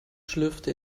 schlürfte